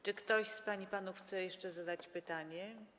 Czy ktoś z pań i panów chce jeszcze zadać pytanie?